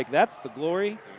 that's the glory.